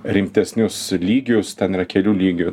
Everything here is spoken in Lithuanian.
rimtesnius lygius ten yra kelių lygių